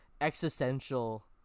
existential